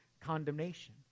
condemnation